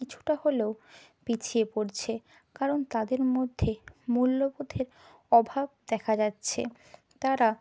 কিছুটা হলেও পিছিয়ে পড়ছে কারণ তাদের মধ্যে মূল্যবোধের অভাব দেখা যাচ্ছে তারা